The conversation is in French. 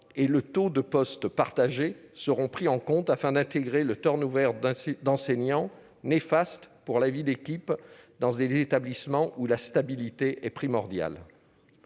et le taux de postes partagés seront pris en compte, afin d'intégrer le turnover d'enseignants, néfaste pour la vie d'équipe dans des établissements où la stabilité est primordiale.